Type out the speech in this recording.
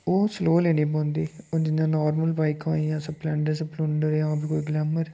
ओह् सलोऽ लेनी पौंदी ओह् जियां नार्मल बाइकां होई गेइयां सपलैंडर सपलुंडर जां कोई गलैमर